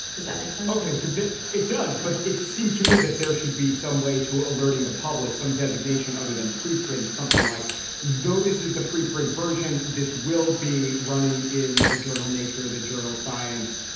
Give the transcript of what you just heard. does that make sense? ok so it does. but it seems to me that there should be some way to alerting the public. some designation other than preprint. something like though this is the preprint version. this will be running in the journal nature, the journal science,